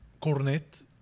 cornet